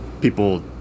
People